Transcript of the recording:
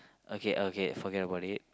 okay okay forget about it